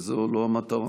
וזו לא המטרה.